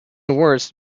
worse